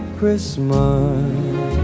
Christmas